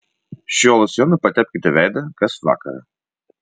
šiuo losjonu patepkite veidą kas vakarą